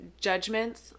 judgments